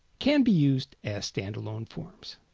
can be used as stand-alone forms.